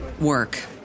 work